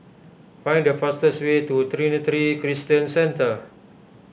find the fastest way to Trinity Christian Centre